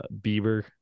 Bieber